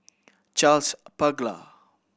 Charles Paglar